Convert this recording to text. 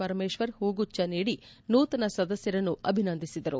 ಪರಮೇಶ್ವರ್ ಹೂಗುಚ್ಚ ನೀಡಿ ನೂತನ ಸದಸ್ಥರನ್ನು ಅಭಿನಂದಿಸಿದರು